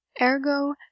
ergo